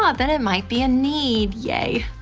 ah, then it might be a need. yay.